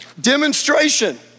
Demonstration